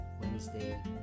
Wednesday